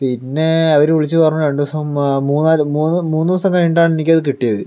പിന്നെ അവർ വിളിച്ചു പറഞ്ഞു രണ്ടു ദിവസം മുമ്പ് മൂന്നാല് മൂന്ന് മൂന്ന് ദിവസം കഴിഞ്ഞിട്ടാണ് എനിക്കത് കിട്ടിയത്